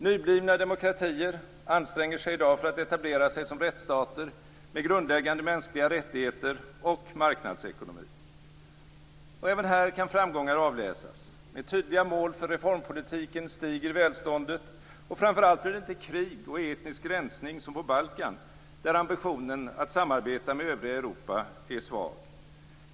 Nyblivna demokratier anstränger sig i dag för att etablera sig som rättsstater med grundläggande mänskliga rättigheter och marknadsekonomi. Även här kan framgångar avläsas. Med tydliga mål för reformpolitiken stiger välståndet, och framför allt blir det inte krig och etnisk rensning som på Balkan, där ambitionen att samarbeta med övriga Europa är svag.